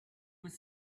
was